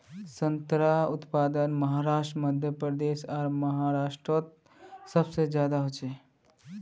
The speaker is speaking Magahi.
संत्रार उत्पादन पंजाब मध्य प्रदेश आर महाराष्टरोत सबसे ज्यादा होचे